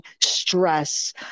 stress